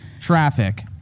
Traffic